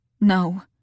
No